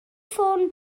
ffôn